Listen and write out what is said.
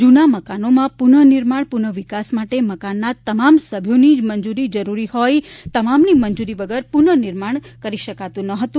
જુના મકાનોમાં પુનઃ નિર્માણ પુનઃ વિકાસ માટે મકાનના તમામ સભ્યોની મંજુરી જરૂરી હોઇ તમામની મંજુરી વગર પુનઃનિર્માણ કરી શકાતું ન હતું